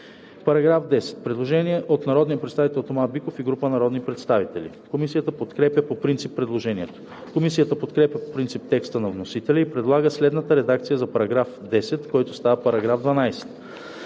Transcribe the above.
По § 10 има предложение от народния представител Тома Биков и група народни представители. Комисията подкрепя по принцип предложението. Комисията подкрепя по принцип текста на вносителя и предлага следната редакция за § 10, който става § 12: „§ 12.